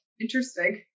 interesting